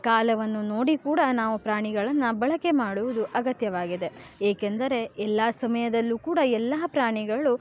ಕಾಲವನ್ನು ನೋಡಿ ಕೂಡ ನಾವು ಪ್ರಾಣಿಗಳನ್ನು ಬಳಕೆ ಮಾಡುವುದು ಅಗತ್ಯವಾಗಿದೆ ಏಕೆಂದರೆ ಎಲ್ಲ ಸಮಯದಲ್ಲೂ ಕೂಡ ಎಲ್ಲ ಪ್ರಾಣಿಗಳು